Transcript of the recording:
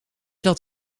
dat